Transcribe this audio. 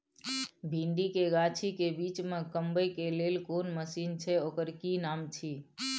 भिंडी के गाछी के बीच में कमबै के लेल कोन मसीन छै ओकर कि नाम छी?